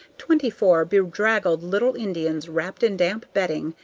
twenty-four bedraggled little indians, wrapped in damp bedding,